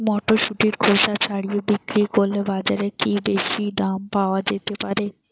মটরশুটির খোসা ছাড়িয়ে বিক্রি করলে বাজারে কী বেশী দাম পাওয়া যেতে পারে?